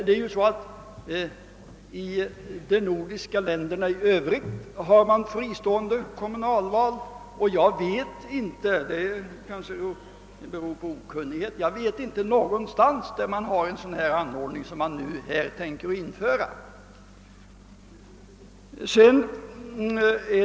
I våra nordiska grannländer har man ju fristående kommunalval, och jag kan inte ge exempel på — det beror kanske på okunnighet — att man i något land har en ordning som den som här föreslås införd.